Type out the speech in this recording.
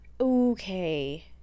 Okay